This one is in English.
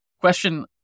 question